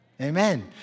Amen